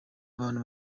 abantu